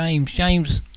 James